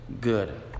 good